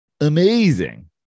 amazing